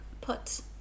put